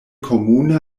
komune